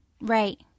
Right